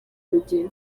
umugeni